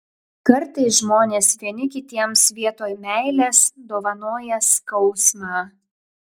kartais žmonės vieni kitiems vietoj meilės dovanoja skausmą